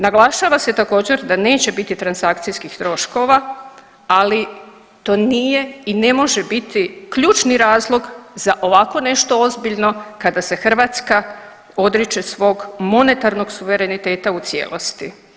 Naglašava se također da neće biti transakcijskih troškova, ali to nije i ne može biti ključni razlog za ovako nešto ozbiljno kada se Hrvatska odriče svog monetarnog suvereniteta u cijelosti.